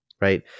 right